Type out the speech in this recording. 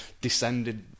descended